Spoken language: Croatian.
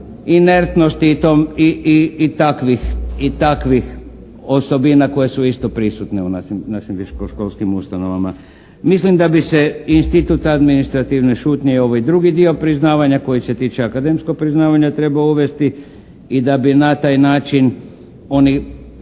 inertnosti i takvih osobina koje su isto prisutne u našim visokoškolskim ustanovama. Mislim da bi se institut administrativne šutnje i ovaj drugi dio priznavanja koji se tiče akademskog priznavanja trebao uvesti i da bi na taj način oni